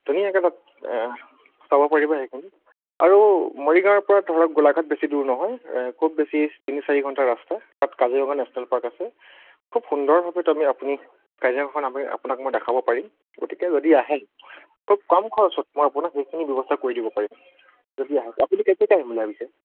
ধুনীয়াকৈ তাত চাব পাৰিব সেইখিনি আৰু মৰিগাঁৱৰ পৰা ধৰক গোলাঘাট বেছি দূৰ নহয় খুব বেছি তিনি চাৰি ঘণ্টাৰ ৰাস্তা তাত কাজিৰঙা নেশ্যনেল পাৰ্ক আছে খুব সুন্দৰভাৱে তুমি আপুনি কাজিৰঙাখন আমি আপোনাক মই দেখাব পাৰিম গতিকে যদি আহে খুব কম খৰচত মই আপোনাক সেইখিনি ব্যৱস্থা কৰি দিব পাৰিম যদি আহে আপুনি কেতিয়াকৈ আহিম বুলি ভাবিছে